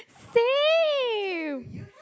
same